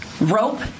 rope